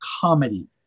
comedy